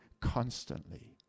constantly